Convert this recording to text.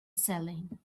ceiling